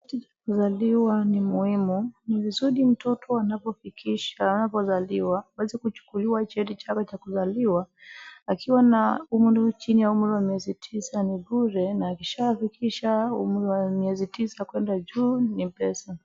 Kuzaliwa ni muhimu, ni vizuri mtoto anapofikisha anapozaliwa pasi kuchukuliwa cheti chake cha kuzaliwa, akiwa na umri chini ya umri wa miezi tisa ni bure na akishafikisha umri wa miezi tisa kwenda juu ni pesa.